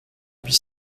huit